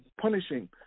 punishing